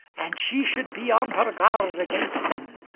and she should be on her guard against them,